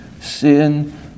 Sin